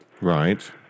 Right